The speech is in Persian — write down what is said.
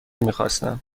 میخواستم